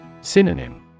Synonym